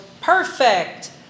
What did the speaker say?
Perfect